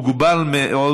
הוגבל מאוד